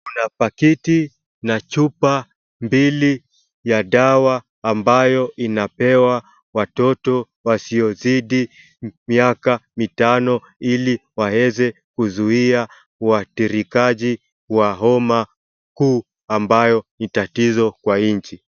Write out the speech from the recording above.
Kuna pakiti na chupa mbili ya dawa ambayo inapewa watoto wasiozidi miaka mitano ili waeze kuzuia uadhirikaji wa homa kuu ambayo ni tatizo kwa nchi.